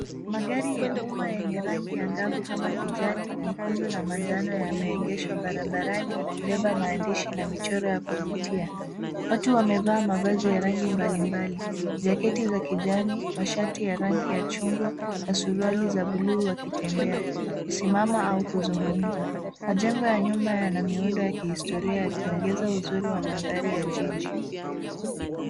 Magari ya umma yenye rangi ya angavu kama kijani, nyekundu na njano yameegeshwa barabarani yakibeba maandishi na michoro ya kuvutia. Watu wamevaa mavazi ya rangi mbalimbali ;jaketi za kijani, mashati ya rangi ya chungwa na suruali za buluu wakitembea kusimama au kuzungumza. Majengo ya nyumba yana miundo ya kihistoria yakiongeza uzuri wa mandhari ya jiji.